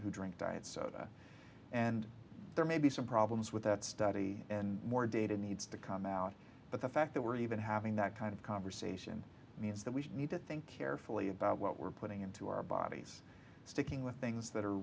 who drink diet soda and there may be some problems with that study and more data needs to come out but the fact that we're even having that kind of conversation means that we need to think carefully about what we're putting into our bodies sticking with things that are